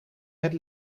het